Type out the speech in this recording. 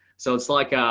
so it's like a,